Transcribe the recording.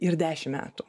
ir dešimt metų